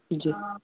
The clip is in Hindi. जी